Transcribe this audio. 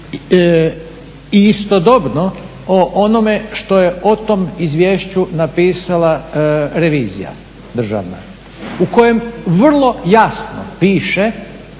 i istodobno o onome što je o tom izvješću napisala revizija državna u kojem vrlo jasno piše